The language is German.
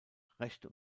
rechte